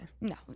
No